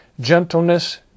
gentleness